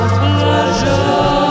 pleasure